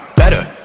better